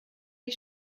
die